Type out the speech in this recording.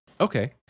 okay